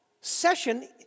session